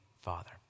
Father